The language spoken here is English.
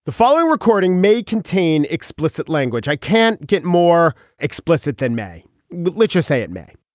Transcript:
the following recording may contain explicit language i can't get more explicit than may literacy it may